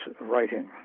writing